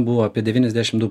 buvo apie devyniasdešim du